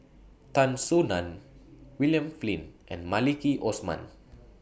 Tan Soo NAN William Flint and Maliki Osman